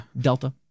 Delta